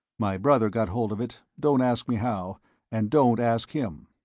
my brother got hold of it, don't ask me how and don't ask him!